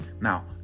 now